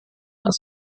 als